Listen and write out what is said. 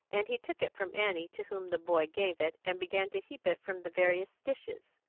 and he took it from annie, to whom the boy gave it, and began to heap it from the various dishes.